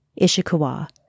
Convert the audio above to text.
Ishikawa